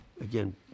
Again